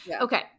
okay